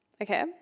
okay